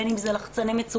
בין אם זה לחצני מצוקה,